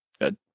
Good